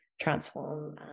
transform